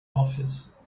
office